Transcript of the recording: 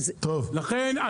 לכן,